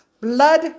blood